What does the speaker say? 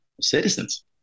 citizens